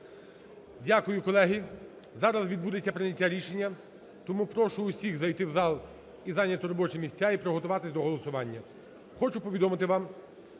Дякую, колеги. Зараз відбудеться прийняття рішення. Тому прошу всіх зайти зал і зайняти робочі місця, і приготуватися до голосування.